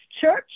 Church